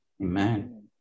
Amen